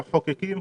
המחוקקים,